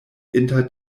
inter